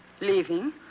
Leaving